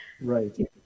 Right